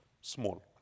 small